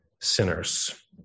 sinners